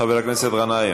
חבר הכנסת גנאים,